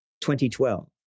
2012